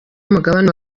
umugabane